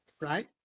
right